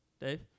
Dave